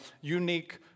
unique